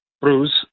Bruce